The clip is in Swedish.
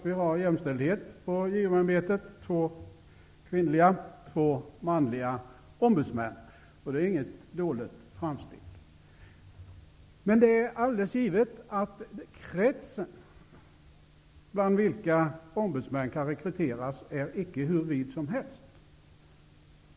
Vi har jämställdhet på JO-ämbetet, nämligen två kvinnliga och två manliga ombudsmän. Det är inget dåligt framsteg. Det är alldeles givet att kretsen ur vilken ombudsmän kan rekryteras inte är hur vid som helst.